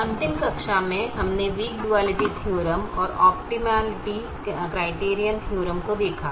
अंतिम कक्षा में हमने वीक डुआलिटी थीअरम और ऑप्टिमलिटी क्राइटीरीअन थीअरम को देखा